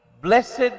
blessed